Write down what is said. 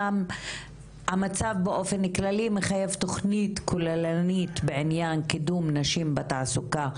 שהמצב באופן כללי מחייב תכנית כוללנית בעניין קידום נשים בתעסוקה,